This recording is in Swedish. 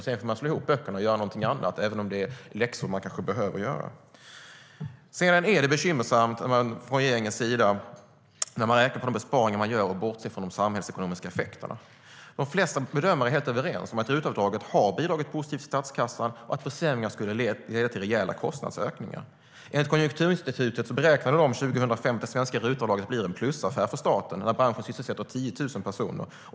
Sedan får man slå ihop böckerna och göra någonting annat även om det är läxor som behöver göras. Sedan är det bekymmersamt när man från regeringens sida räknar på de besparingar man gör och bortser från de samhällsekonomiska effekterna. De flesta bedömare är helt överens om att RUT-avdraget har bidragit positivt till statskassan och att försämringar skulle leda till rejäla kostnadsökningar. Konjunkturinstitutet beräknade 2005 att det svenska RUT-avdraget skulle bli en plusaffär för staten när branschen sysselsätter 10 000 personer.